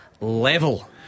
level